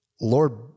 Lord